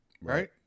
Right